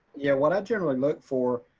yeah. what i generally look for.